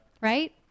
right